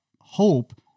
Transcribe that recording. hope